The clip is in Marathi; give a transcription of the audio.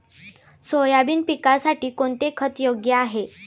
सोयाबीन पिकासाठी कोणते खत योग्य आहे?